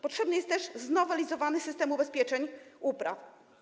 Potrzebny jest też znowelizowany system ubezpieczeń upraw.